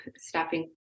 stopping